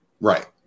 right